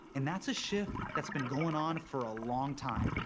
and that's a shift that's been going on for a long time.